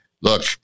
look